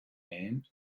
men